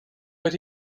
but